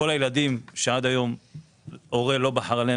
כל הילדים שההורה לא בחר להם,